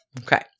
Okay